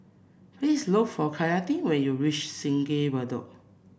please look for Kailyn when you reach Sungei Bedok